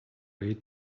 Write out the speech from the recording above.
way